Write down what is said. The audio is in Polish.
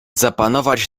zapanować